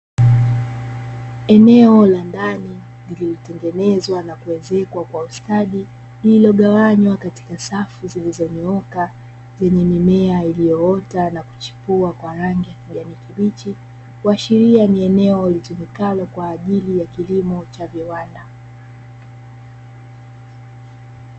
Eneo la ndani lililotengenezwa na kuezekwa kwa ustadi lililogawanywa katika safu zilizonyooka lenye mimea iliyoota na kuchipua kwa rangi ya kijani kibichi, kuashiria ni eneo litumikalio kwa ajili ya kilimo cha viwanda.